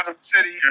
city